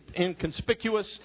inconspicuous